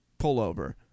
pullover